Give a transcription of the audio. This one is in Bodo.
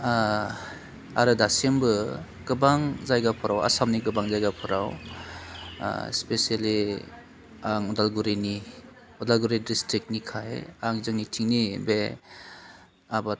आरो दासिमबो गोबां जायगाफोराव आसामनि गोबां जायगाफोराव स्पेसियेलि आं अदालगुरिनि अदालगुरि ड्रिस्टिक्टनि काहे आं जोंनिथिंनि बे आबाद